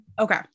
Okay